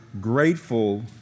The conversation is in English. grateful